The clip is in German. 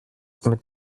mit